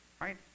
right